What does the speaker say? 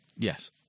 Yes